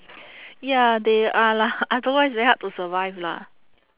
ya they are lah otherwise very hard to survive lah